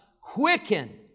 quicken